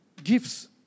gifts